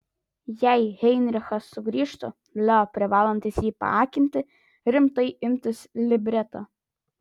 jei heinrichas sugrįžtų leo privalantis jį paakinti rimtai imtis libreto